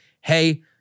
hey